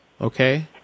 okay